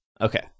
Okay